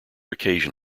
occasion